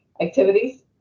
activities